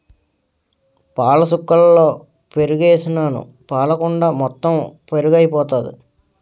పాలసుక్కలలో పెరుగుసుకేసినాను పాలకుండ మొత్తెము పెరుగైపోయింది